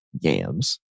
Yams